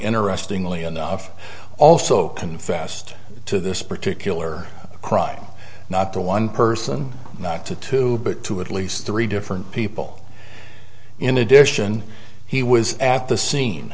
interestingly enough also confessed to this particular crime not to one person not to two but to at least three different people in addition he was at the scene